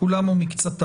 כולם או מקצתם.